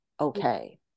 okay